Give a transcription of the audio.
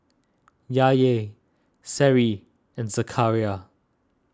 Yahya Seri and Zakaria